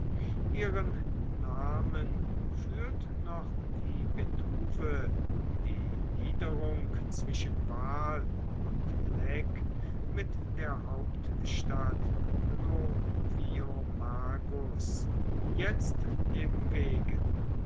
ihren namen führt noch die betuwe die niederung zwischen waal und leck mit der hauptstadt noviomagus jetzt